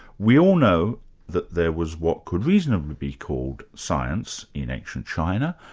we all know that there was what could reasonably be called science in ancient china,